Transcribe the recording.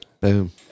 Boom